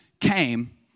came